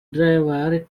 driver